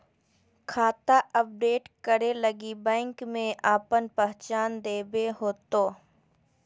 खाता अपडेट करे लगी बैंक में आपन पहचान देबे होतो